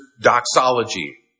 doxology